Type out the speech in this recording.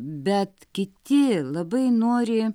bet kiti labai nori